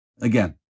Again